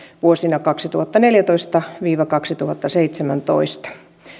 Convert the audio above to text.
vuosina kaksituhattaneljätoista viiva kaksituhattaseitsemäntoista